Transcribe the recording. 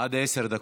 עד עשר דקות.